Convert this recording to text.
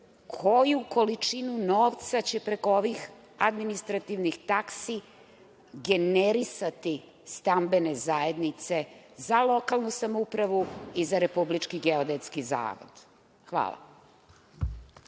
koju količinu novca će preko ovih administrativnih taksi generisati stambene zajednice za lokalnu samoupravu i za Republički geodetski zavod? Hvala.